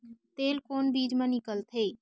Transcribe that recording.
तेल कोन बीज मा निकलथे?